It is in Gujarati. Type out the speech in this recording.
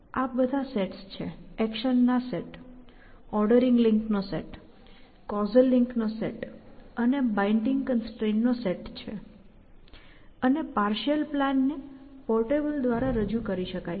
આ બધા સેટ્સ છે એક્શન્સના સેટ ઓર્ડરિંગ લિંક્સ નો સેટ કૉઝલ લિંક્સનો સેટ અને બાઈન્ડીંગ કન્સ્ટ્રેઇન્ટ્સનો સેટ છે અને પાર્શિઅલ પ્લાન ને પોર્ટેબલ દ્વારા રજૂ કરી શકાય છે